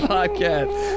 Podcast